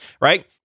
right